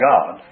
God